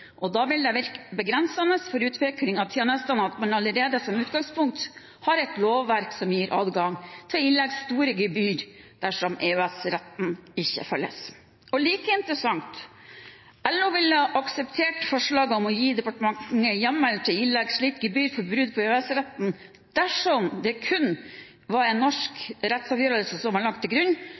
og da vil det virke begrensende for utvikling av tjenestene at man allerede som utgangspunkt har et lovverk som gir adgang til å ilegge store gebyrer dersom EØS-retten ikke følges». Og like interessant: LO ville akseptert forslaget om å gi departementet hjemmel til å ilegge slikt gebyr for brudd på EØS-retten «dersom det kun var en norsk rettsavgjørelse som var lagt til grunn